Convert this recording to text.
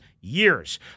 years